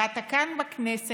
ואתה כאן בכנסת